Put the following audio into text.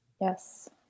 Yes